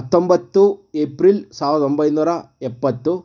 ಹತ್ತೊಂಬತ್ತು ಏಪ್ರಿಲ್ ಸಾವಿರದ ಒಂಬೈನೂರ ಎಪ್ಪತ್ತು